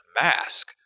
mask